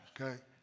Okay